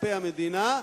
בכספי המדינה,